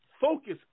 focus